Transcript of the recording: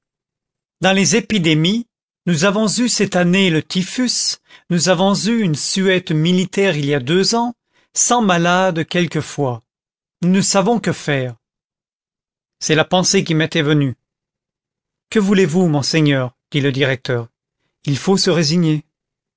dans les épidémies nous avons eu cette année le typhus nous avons eu une suette militaire il y a deux ans cent malades quelquefois nous ne savons que faire c'est la pensée qui m'était venue que voulez-vous monseigneur dit le directeur il faut se résigner